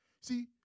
See